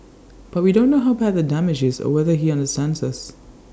but we don't know how bad the damage is or whether he understands us